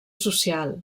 social